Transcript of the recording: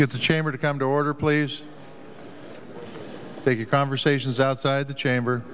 get the chamber to come to order please take your conversations outside the chamber